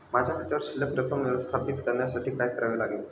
माझ्या खात्यावर शिल्लक रक्कम व्यवस्थापित करण्यासाठी काय करावे लागेल?